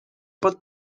pot